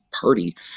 party